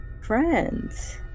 friends